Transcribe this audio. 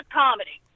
comedy